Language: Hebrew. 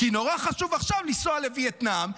כי נורא חשוב עכשיו לנסוע לווייטנאם,